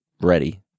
ready